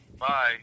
Bye